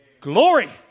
Glory